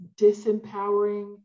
disempowering